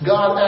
God